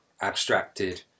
abstracted